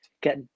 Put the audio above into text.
get